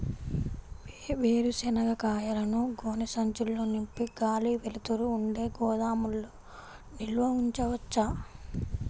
వేరుశనగ కాయలను గోనె సంచుల్లో నింపి గాలి, వెలుతురు ఉండే గోదాముల్లో నిల్వ ఉంచవచ్చా?